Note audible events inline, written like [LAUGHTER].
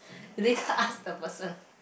[BREATH] later ask the person